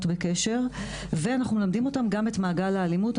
בקשר ואנחנו מלמדים אותם גם את מעגל האלימות.